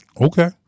Okay